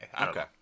Okay